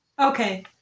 Okay